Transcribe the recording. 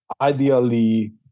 ideally